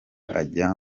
ajya